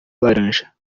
laranja